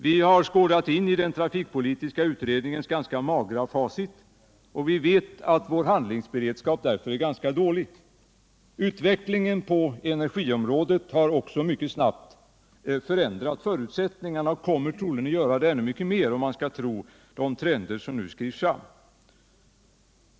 Vi har skådat in i den trafikpolitiska utredningens rätt magra facit, och vi vet att vår handlingsberedskap är ganska dålig. Utvecklingen på energiområdet har också snabbt förändrat förutsättningarna och kommer troligen att göra det ännu mycket mer, om man skall tro den trend som nu skrivs fram.